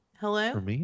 Hello